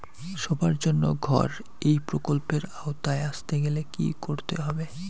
সবার জন্য ঘর এই প্রকল্পের আওতায় আসতে গেলে কি করতে হবে?